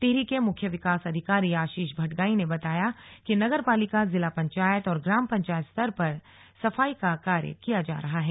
टिहरी के मुख्य विकास अधिकारी आशीष भटगाई ने बताया कि नगर पालिका जिला पंचायत और ग्राम पंचायत स्तर पर सफाई का कार्य किया जा रहा है